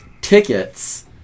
tickets